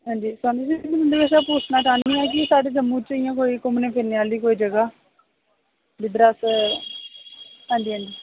हां जी सोना जी तुं'दे कशा में पुच्छना चाहन्नी आं कि साढ़े जम्मू च इयां कोई घुम्मने फिरने आह्ली कोई जगह जिद्दर अस हां जी हां जी